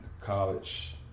college